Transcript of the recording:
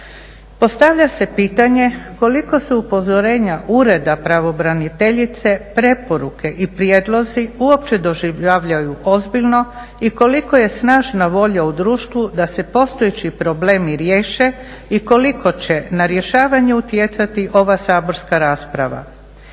Postavlja se pitanje koliko su upozorenja Ureda pravobraniteljice, preporuke i prijedlozi uopće doživljavaju ozbiljno i koliko je snažna volja u društvu da se postojeći problemi riješe i koliko će na rješavanje utjecati ova saborska rasprava.